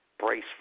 brace